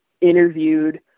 interviewed